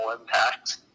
impact